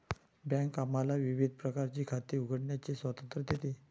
bank आम्हाला विविध प्रकारची खाती निवडण्याचे स्वातंत्र्य देते